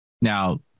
now